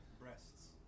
Breasts